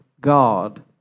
God